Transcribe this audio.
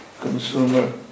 consumer